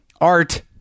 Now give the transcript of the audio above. art